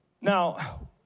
Now